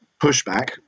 pushback